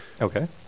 Okay